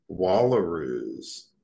wallaroos